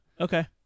Okay